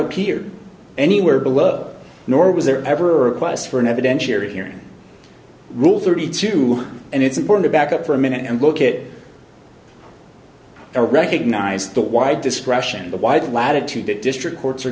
appear anywhere below nor was there ever a request for an evidentiary hearing rule thirty two dollars and it's important to back up for a minute and look at the recognize the wide discretion the wide latitude that district courts are